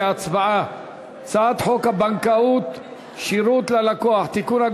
להצבעה על הצעת חוק הבנקאות (שירות ללקוח) (תיקון,